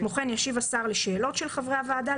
כמו כן ישיב השר לשאלות של חברי הוועדה,